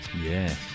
Yes